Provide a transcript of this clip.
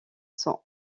sont